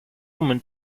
woman